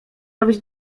robić